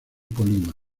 colima